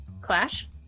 Clash